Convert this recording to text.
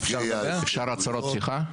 אפשר הצהרות פתיחה?